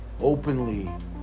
openly